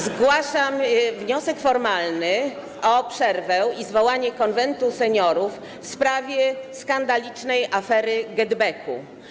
Zgłaszam wniosek formalny o przerwę i zwołanie Konwentu Seniorów z powodu skandalicznej afery GetBacku.